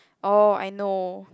oh I know